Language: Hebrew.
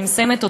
אני מסיימת.